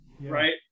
Right